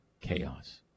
Chaos